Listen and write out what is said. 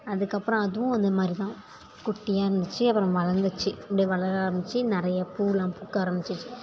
அதுக்கப்புறம் அதுவும் அந்த மாதிரி தான் குட்டியாக இருந்துச்சி அப்புறம் வளர்ந்துச்சி அப்படி வளர ஆரம்பித்து நிறைய பூவெல்லாம் பூக்க ஆரம்பித்திருச்சி